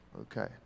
Okay